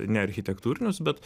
ne architektūrinius bet